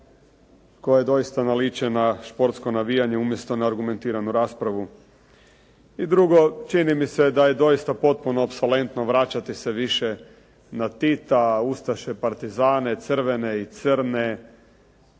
koje doista naliče na športsko navijanje umjesto na argumentiranu raspravu. I drugo, čini mi se da je doista potpuno … /Govornik se ne razumije./ … vraćati se više na Tita, ustaše, partizane, crvene i crne.